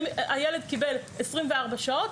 הילד קיבל 24 שעות,